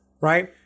right